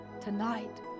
tonight